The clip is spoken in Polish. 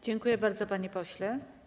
Dziękuję bardzo, panie pośle.